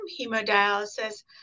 hemodialysis